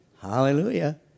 Hallelujah